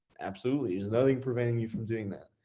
absolutely. there's nothing preventing you from doing that.